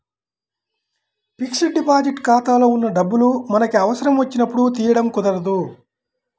fixed deposit ఖాతాలో ఉన్న డబ్బులు మనకి అవసరం వచ్చినప్పుడు తీయడం కుదరదు